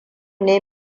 ne